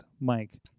mike